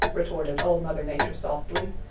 retorted old mother nature softly,